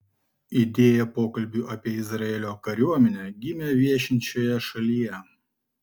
idėja pokalbiui apie izraelio kariuomenę gimė viešint šioje šalyje